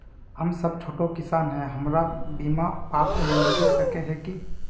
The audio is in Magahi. हम सब छोटो किसान है हमरा बिमा पात्र मिलबे सके है की?